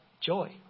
Joy